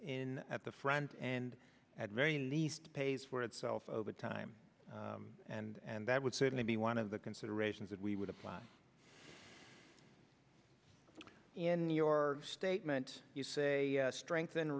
in at the friend and at very least pays for itself over time and that would certainly be one of the considerations that we would apply in your statement you say strengthen